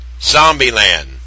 Zombieland